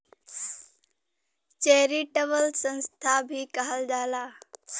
charitable संस्था भी कहल जाला